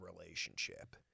relationship